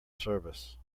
service